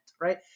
right